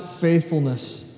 faithfulness